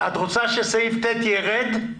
את רוצה שסעיף (ט) ירד?